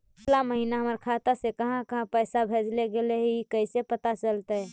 पिछला महिना हमर खाता से काहां काहां पैसा भेजल गेले हे इ कैसे पता चलतै?